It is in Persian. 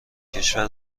کشور